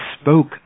spoke